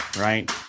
right